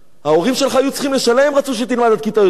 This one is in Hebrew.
ההורים שלך היו צריכים לשלם אם רצו שתלמד עד כיתה י"ב.